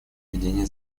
ведения